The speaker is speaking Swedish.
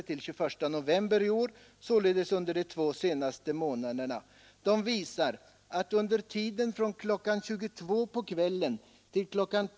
En 21 september—21 november i år, således under de två senaste månaderna, visar att man där under tiden från kl. 22.00 till kl.